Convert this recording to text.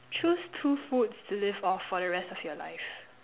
choose two foods to live off for the rest of your life